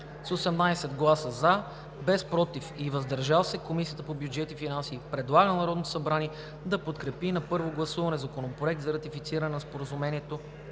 с 18 гласа „за“, без „против“ и „въздържал се“, Комисията по бюджет и финанси предлага на Народното събрание да подкрепи на първо гласуване Законопроект за ратифициране на Споразумението